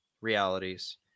realities